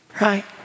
right